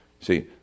See